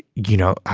you know,